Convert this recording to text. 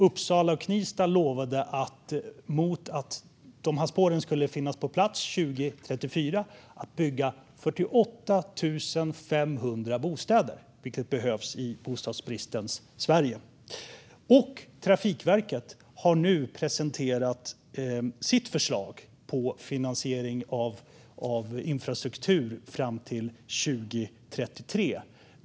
Uppsala och Knivsta lovade mot att spåren skulle finnas på plats 2034 att bygga 48 500 bostäder, vilket behövs i bostadsbristens Sverige. Trafikverket har nu presenterat sitt förslag på finansiering av infrastruktur fram till 2033.